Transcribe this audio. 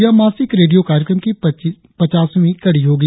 यह मासिक रेडियो कार्यक्रम की पचासवीं कड़ी होगी